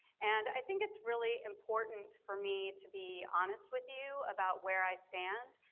and i think it's really important for me to be honest with you about where i stand.